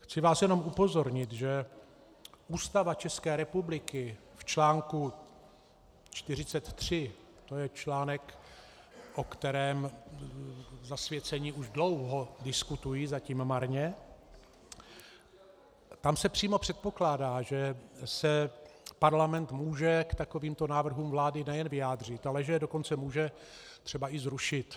Chci vás jenom upozornit, že Ústava České republiky v článku 43, to je článek, o kterém zasvěcení už dlouho diskutují, zatím marně, tam se přímo předpokládá, že se parlament může k takovýmto návrhům vlády nejen vyjádřit, ale že je dokonce může třeba i zrušit.